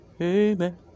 amen